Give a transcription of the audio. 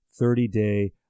30-day